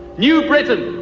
new britain,